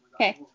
Okay